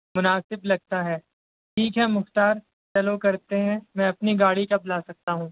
مناسب لگتا ہے ٹھیک ہے مختار چلو کرتے ہیں میں اپنی گاڑی کب لا سکتا ہوں